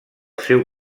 seu